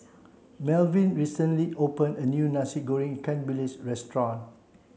Melvin recently opened a new Nasi Goreng Ikan Bilis restaurant